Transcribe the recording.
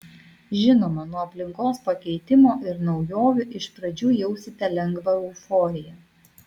žinoma nuo aplinkos pakeitimo ir naujovių iš pradžių jausite lengvą euforiją